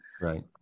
Right